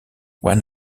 one